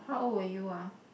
how old were you ah